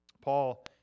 Paul